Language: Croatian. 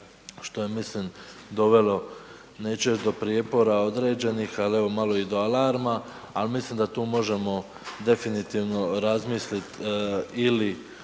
što je mislim dovelo, neću reći do prijepora određenih ali evo malo i do alarma ali mislim da tu možemo definitivno razmisliti ili